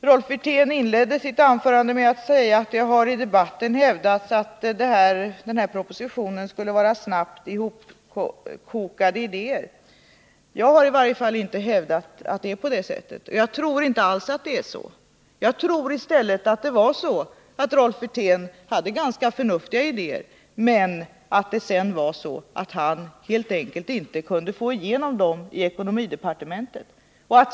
Rolf Wirtén inledde sitt huvudanförande med att säga att det i debatten har hävdats att propositionens förslag skulle vara några snabbt ihopkokade idéer, men jag har i varje fall inte hävdat att det är på det sättet. Jag tror inte alls att det är så. I stället tror jag att Rolf Wirtén hade ganska förnuftiga idéer, men att han helt enkelt inte kunde få igenom dem i ekonomidepartementet.